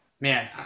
Man